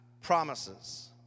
promises